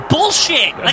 Bullshit